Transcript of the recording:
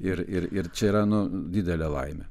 ir ir čia yra nu didelė laimė